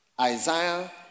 Isaiah